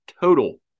Total